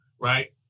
right